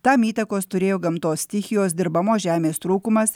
tam įtakos turėjo gamtos stichijos dirbamos žemės trūkumas